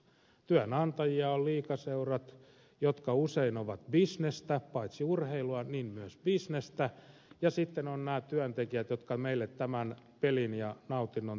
työnantajia ovat liigaseurat jotka usein ovat bisnestä paitsi urheilua myös bisnestä ja sitten ovat nämä työntekijät jotka meille tämän pelin ja nautinnon tarjoavat